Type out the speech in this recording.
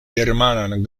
germanan